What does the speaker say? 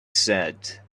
said